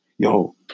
Yo